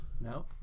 No